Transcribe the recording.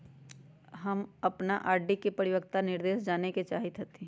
हम अपन आर.डी के परिपक्वता निर्देश जाने के चाहईत हती